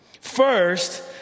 First